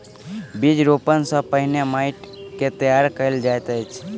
बीज रोपण सॅ पहिने माइट के तैयार कयल जाइत अछि